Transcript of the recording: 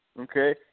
Okay